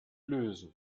lösen